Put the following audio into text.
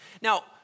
Now